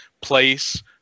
place